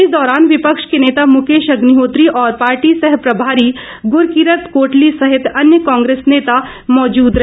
इस दौरान विपक्ष के नेता मुकेश अग्निहोत्री और पार्टी सहप्रभारी गुरकिरत कोटली सहित अन्य कांग्रेस नेता मौजूद रहे